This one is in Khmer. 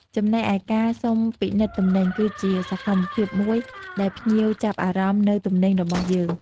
ចំណែកឯការសុំពិនិត្យទំនិញ គឺជាសកម្មភាពមួយដែលភ្ញៀវចាប់អារម្មណ៍នូវទំនិញរបស់យើង។